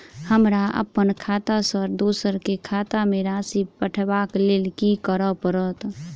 हमरा अप्पन खाता सँ दोसर केँ खाता मे राशि पठेवाक लेल की करऽ पड़त?